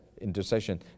intercession